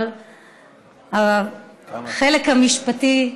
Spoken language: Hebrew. אבל החלק המשפטי,